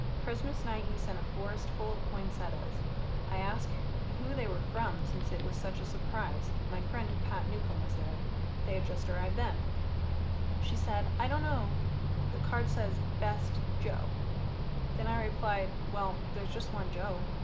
christmas night he sent a forest full of poinsettias i asked who they were from since it was such a surprise. my friend pat newcomb was there they had just arrived then she said i don't know the card says best, joe then i replied well there's just one joe!